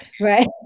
Right